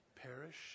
Perish